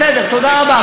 בסדר, תודה רבה.